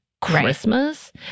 Christmas